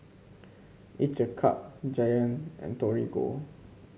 each a Cup Giant and Torigo